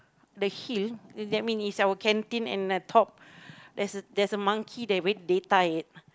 the hill th~ that mean it's our canteen at the top there's a there's a monkey that